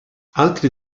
altri